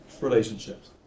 relationships